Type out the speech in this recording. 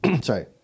sorry